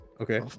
okay